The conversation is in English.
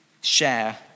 share